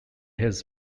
his